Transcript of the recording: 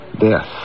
Death